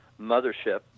mothership